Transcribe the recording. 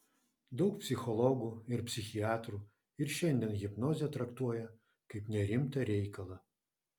daug psichologų ir psichiatrų ir šiandien hipnozę traktuoja kaip nerimtą reikalą